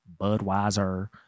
Budweiser